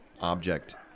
object